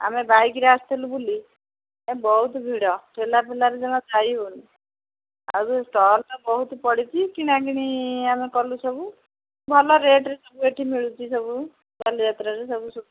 ଆମେ ବାଇକ୍ରେ ଆସିଥିଲୁ ବୋଲି ବହୁତ ଭିଡ଼ ଠେଲାପେଲାରେ ଜମା ଯାଇହେଉନି ଆଉ ଷ୍ଟଲ୍ ତ ବହୁତ ପଡ଼ିଛି କିଣାକିଣି ଆମେ କଲୁ ସବୁ ଭଲ ରେଟ୍ରେ ସବୁ ଏଠି ମିଳୁଛି ସବୁ ବାଲିଯାତ୍ରା ରେ ସବୁ